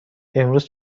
امروز